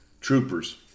troopers